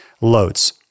loads